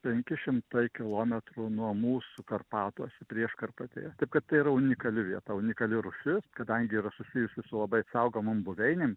penki šimtai kilometrų nuo mūsų karpatuose prieškarpatyje taip kad tai yra unikali vieta unikali rūšis kadangi yra susijusi su labai saugomom buveinėm